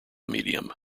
medium